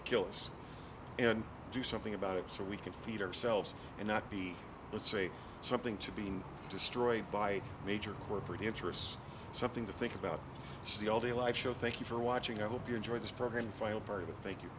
to kill us and do something about it so we can feed ourselves and not be let's say something to be destroyed by major corporate interests something to think about see all the light show thank you for watching i hope you enjoy this